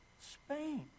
Spain